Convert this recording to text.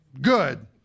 good